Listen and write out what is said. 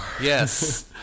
Yes